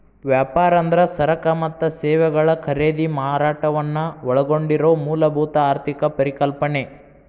ವ್ಯಾಪಾರ ಅಂದ್ರ ಸರಕ ಮತ್ತ ಸೇವೆಗಳ ಖರೇದಿ ಮಾರಾಟವನ್ನ ಒಳಗೊಂಡಿರೊ ಮೂಲಭೂತ ಆರ್ಥಿಕ ಪರಿಕಲ್ಪನೆ